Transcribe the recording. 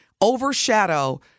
overshadow